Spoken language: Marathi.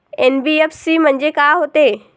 एन.बी.एफ.सी म्हणजे का होते?